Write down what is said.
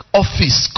office